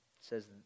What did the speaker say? says